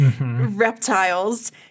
reptiles